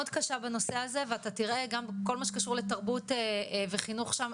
קשה בנושא הזה ואתה תראה גם כל מה שקשור לתרבות וחינוך שם,